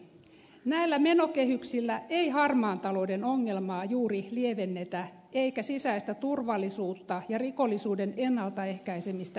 näillä menokehyksillä ei harmaan talouden ongelmaa juuri lievennetä eikä sisäistä turvallisuutta ja rikollisuuden ennalta ehkäisemistä edistetä